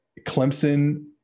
Clemson